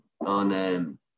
on